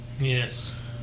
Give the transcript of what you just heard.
Yes